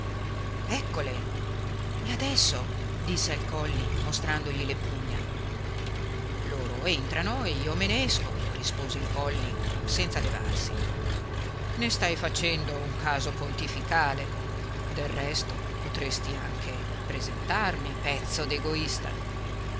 eccole e adesso disse al colli mostrandogli le pugna loro entrano e io me ne esco rispose il colli senza levarsi ne stai facendo un caso pontificale del resto potresti anche presentarmi pezzo d'egoista